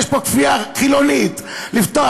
יש פה כפייה חילונית: לפתוח,